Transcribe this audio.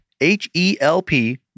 H-E-L-P